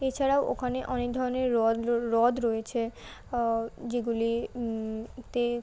এছাড়াও ওখানে অনেক ধরনের হ্রদ হ্রদ রয়েছে যেগুলি তে